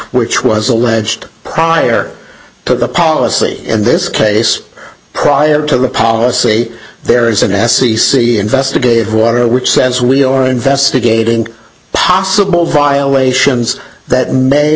which was alleged prior to the policy in this case prior to repast say there is an assay see investigated water which says we are investigating possible violations that may